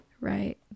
right